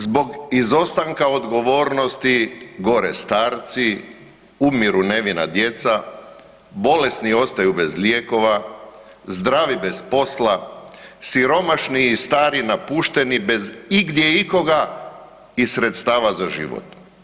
Zbog izostanka odgovornosti gore starci, umiru nevina djeca, bolesni ostaju bez lijekova, zdravi bez posla, siromašni i stari napušteni, bez igdje ikoga i sredstava za život.